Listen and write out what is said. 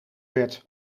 werd